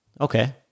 Okay